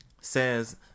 says